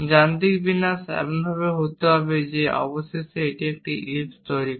যান্ত্রিক বিন্যাস এমনভাবে হতে হবে যে অবশেষে এটি একটি ইলিপ্স তৈরি করে